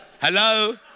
Hello